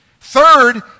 Third